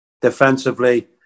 Defensively